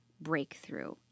breakthrough